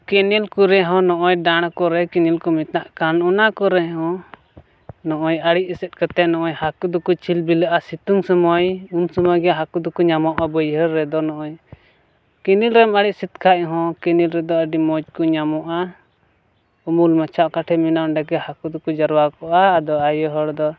canal ᱠᱚᱨᱮᱜ ᱦᱚᱸ ᱱᱚᱜᱼᱚᱸᱭ ᱰᱟᱲ ᱠᱚᱨᱮ ᱠᱮᱱᱮᱞ ᱠᱚ ᱢᱮᱛᱟᱜ ᱠᱟᱱ ᱚᱱᱟ ᱠᱚᱨᱮᱜ ᱦᱚᱸ ᱱᱚᱜᱼᱚᱸᱭ ᱟᱲᱮ ᱮᱥᱮᱫ ᱠᱟᱛᱮᱫ ᱱᱚᱜᱼᱚᱸᱭ ᱦᱟᱹᱠᱩ ᱫᱚᱠᱚ ᱪᱷᱤᱞᱵᱤᱞᱟᱹᱜᱼᱟ ᱥᱤᱛᱩᱜ ᱥᱚᱢᱚᱭ ᱩᱱ ᱥᱚᱢᱚᱭ ᱜᱮ ᱦᱟᱹᱠᱩ ᱫᱚᱠᱚ ᱧᱟᱢᱚᱜᱼᱟ ᱵᱟᱹᱭᱦᱟᱹᱲ ᱨᱮᱫᱚ ᱱᱚᱜᱼᱚᱸᱭ ᱠᱮᱱᱮᱞᱮᱢ ᱟᱲᱮ ᱮᱥᱮᱫ ᱠᱷᱟᱡ ᱦᱚᱸ ᱠᱮᱱᱮᱞ ᱨᱮᱫᱚ ᱟᱹᱰᱤ ᱢᱚᱡ ᱠᱚ ᱧᱟᱢᱚᱜᱼᱟ ᱩᱢᱩᱞ ᱢᱟᱪᱷᱟ ᱚᱠᱟ ᱴᱷᱮᱱ ᱢᱮᱱᱟᱜᱼᱟ ᱚᱸᱰᱮ ᱜᱮ ᱦᱟᱹᱠᱩ ᱫᱚᱠᱚ ᱡᱟᱨᱚᱣᱟ ᱠᱚᱜᱼᱟ ᱟᱫᱚ ᱟᱭᱳ ᱦᱚᱲ ᱫᱚ